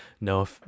No